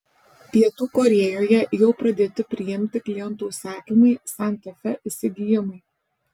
pietų korėjoje jau pradėti priimti klientų užsakymai santa fe įsigijimui